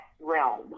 realm